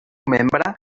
membre